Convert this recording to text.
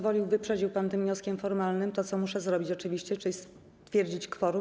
Wyprzedził pan tym wnioskiem formalnym to, co muszę zrobić oczywiście, czyli stwierdzenie kworum.